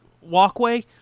walkway